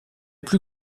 plus